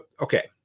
okay